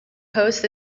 post